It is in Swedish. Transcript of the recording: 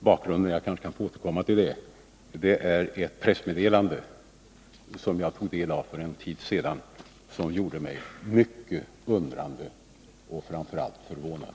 Bakgrunden till mina frågor är att jag för en tid sedan tog del av ett pressmeddelande som gjorde mig mycket undrande och framför allt förvånad.